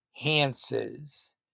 enhances